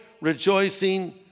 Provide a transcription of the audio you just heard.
rejoicing